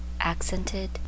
accented